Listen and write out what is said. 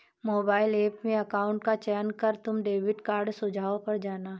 mobile app में account का चयन कर तुम डेबिट कार्ड सुझाव पर जाना